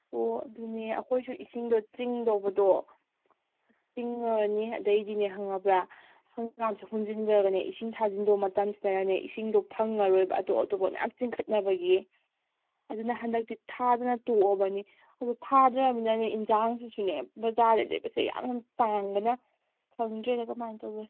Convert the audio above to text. ꯑꯣ ꯑꯗꯨꯅꯦ ꯑꯩꯈꯣꯏꯁꯨ ꯏꯁꯤꯡꯗꯣ ꯆꯤꯡꯗꯧꯕꯗꯣ ꯆꯤꯡꯉꯅꯤ ꯑꯗꯩꯗꯤꯅꯦ ꯈꯪꯉꯕ꯭ꯔꯥ ꯍꯪꯒꯥꯝꯁꯨ ꯍꯨꯟꯖꯤꯟꯈ꯭ꯔꯕꯅꯦ ꯏꯁꯤꯡ ꯊꯥꯖꯤꯟꯗꯧ ꯃꯇꯝꯁꯤꯗꯅꯅꯦ ꯏꯁꯤꯡꯗꯣ ꯐꯪꯉꯔꯣꯏꯕ ꯑꯇꯣꯞ ꯑꯇꯣꯞꯄ ꯃꯌꯥꯝ ꯆꯤꯡꯈꯠꯅꯕꯒꯤ ꯑꯗꯨꯅ ꯍꯟꯗꯛꯇꯤ ꯊꯥꯗꯅ ꯇꯣꯛꯑꯕꯅꯤ ꯑꯗꯣ ꯊꯥꯗ꯭ꯔꯃꯤꯅꯅꯦ ꯌꯦꯟꯁꯥꯡꯗꯨꯁꯨꯅꯦ ꯕꯖꯥꯔꯗꯩ ꯂꯩꯕꯁꯦ ꯌꯥꯝ ꯇꯥꯡꯕꯅ ꯈꯪꯗ꯭ꯔꯦꯗ ꯀꯃꯥꯏ ꯇꯧꯒꯦ